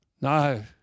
No